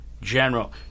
General